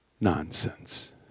nonsense